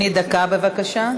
דקה, בבקשה.